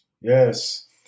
Yes